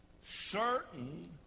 certain